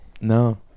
No